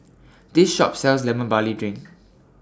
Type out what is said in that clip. This Shop sells Lemon Barley Drink